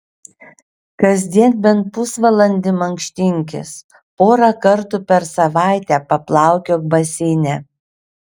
kasdien bent pusvalandį mankštinkis porą kartų per savaitę paplaukiok baseine